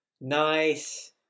Nice